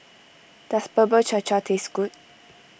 does Bubur Cha Cha taste good